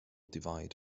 divide